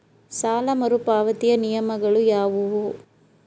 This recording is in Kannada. ಸಾಲ ಮರುಪಾವತಿಯ ನಿಯಮಗಳು ಯಾವುವು?